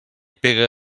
pega